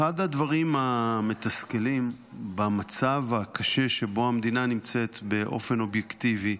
אחד הדברים המתסכלים במצב הקשה שבו המדינה נמצאת באופן אובייקטיבי,